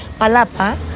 palapa